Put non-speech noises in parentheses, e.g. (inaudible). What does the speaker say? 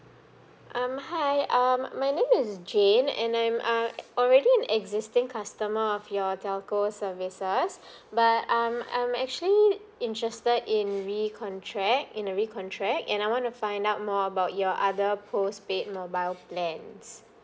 um hi um my name is jane and I'm err already an existing customer of your telco services (breath) but um I'm actually interested in recontract in recontract and I want to find out more about your other postpaid mobile plans